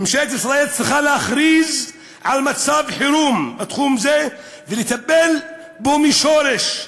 ממשלת ישראל צריכה להכריז על מצב חירום בתחום זה ולטפל בו מהשורש.